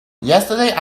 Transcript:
yesterday